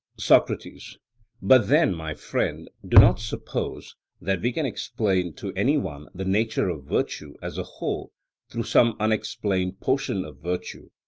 socrates but then, my friend, do not suppose that we can explain to any one the nature of virtue as a whole through some unexplained portion of virtue,